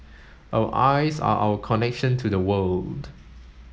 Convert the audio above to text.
our eyes are our connection to the world